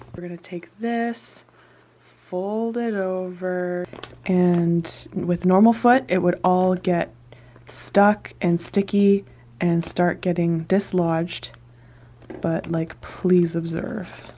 we're gonna take this fold it over and with normal foot it would all get stuck and sticky and start getting dislodged but like please observe